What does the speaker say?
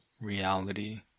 reality